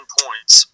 points